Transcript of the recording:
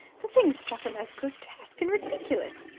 the thing struck him as grotesque and ridiculous.